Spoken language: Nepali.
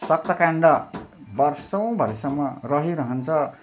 सक्खरकन्द वर्षौँभरिसम्म रहिरहन्छ